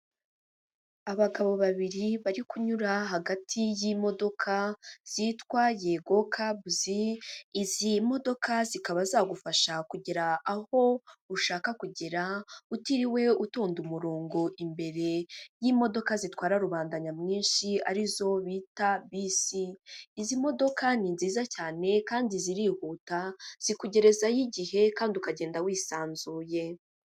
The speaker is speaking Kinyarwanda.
Abagabo babiri bari kunyura hagati y'imodoka zitwa yego kabuzi, izi modoka zikaba zagufasha kugera aho ushaka kugera utiriwe utonda umurongo imbere y'imodoka zitwara rubanda nyamwinshi arizo bita bisi. Izi modoka ni nziza cyane kandi zirihuta, zikugerezayo igihe kandi ukagenda wisanzuye.